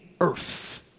earth